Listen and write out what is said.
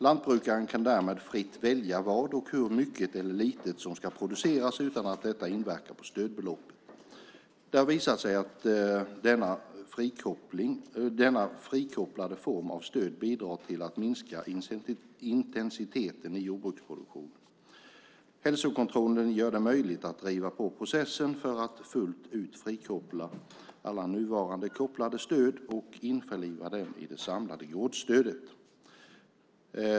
Lantbrukaren kan därmed fritt välja vad och hur mycket eller litet som ska produceras utan att detta inverkar på stödbeloppet. Det har visat sig att denna frikopplade form av stöd bidrar till att minska intensiteten i jordbruksproduktionen. Hälsokontrollen gör det möjligt att driva på processen för att fullt ut frikoppla alla nuvarande kopplade stöd och införliva dem i det samlade gårdsstödet.